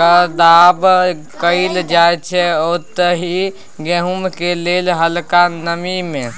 कदबा कएल जाइ छै ओतहि गहुँमक लेल हलका नमी मे